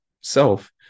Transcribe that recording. self